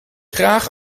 graag